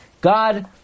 God